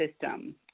system